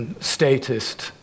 statist